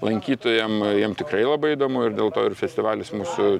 lankytojam jiem tikrai labai įdomu ir dėl to ir festivalis mūsų